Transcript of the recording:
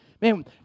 man